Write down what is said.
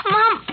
Mom